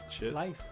Life